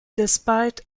despite